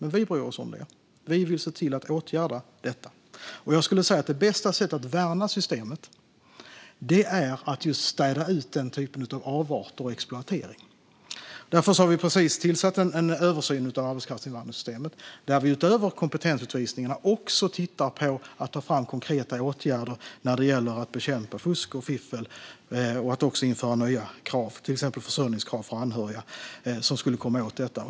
Vi bryr oss om det. Vi vill se till att åtgärda detta. Jag skulle säga att det bästa sättet att värna systemet är att just städa ut den typen av avarter och exploatering. Därför har vi precis tillsatt en utredning för en översyn av arbetskraftsinvandringssystemet. Utöver kompetensutvisningarna tittar man också på konkreta åtgärder när det gäller att bekämpa fusk och fiffel och även på att införa nya krav, till exempel försörjningskrav för anhöriga, för att komma åt detta.